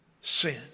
sin